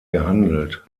gehandelt